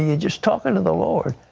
yeah just talking to the lord,